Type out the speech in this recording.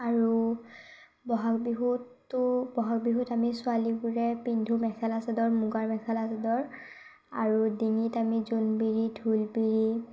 আৰু ব'হাগ বিহুতো ব'হাগ বিহুত আমি ছোৱালীবোৰে পিন্ধো মেখেলা চাদৰ মুগাৰ মেখেলা চাদৰ আৰু ডিঙিত আমি জোনবিৰি ঢোলবিৰি